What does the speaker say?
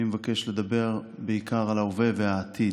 אני מבקש לדבר בעיקר על ההווה והעתיד.